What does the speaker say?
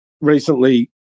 recently